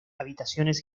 habitaciones